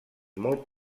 molt